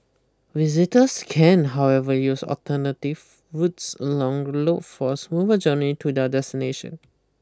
visitors can however use alternative routes along the loop for a smoother journey to their destination